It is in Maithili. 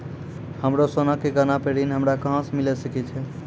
हमरो सोना के गहना पे ऋण हमरा कहां मिली सकै छै?